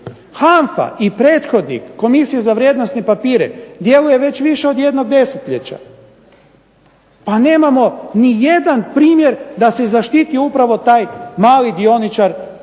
HANFA i prethodnik Komisija za vrijednosne papire djeluje već više od jednog desetljeća. A nemamo ni jedan primjer da se zaštiti upravo taj mali dioničar i